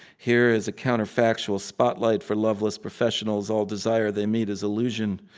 here is a counterfactual spotlight for loveless professionals, all desire they meet as illusion.